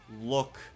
look